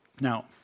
Now